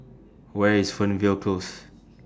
Where IS Fernvale Close